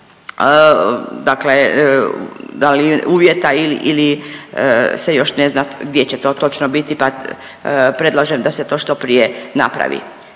dakle, da li uvjeta ili se još ne zna gdje će to točno biti pa predlažem da se to što prije napravi.